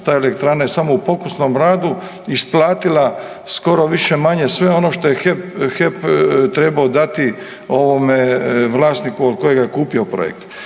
Ta elektrana je samo u pokusnom radu isplatila skoro više-manje sve ono što je HEP trebao dati ovome, vlasniku od kojega je kupio projekt.